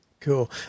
Cool